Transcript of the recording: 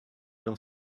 dans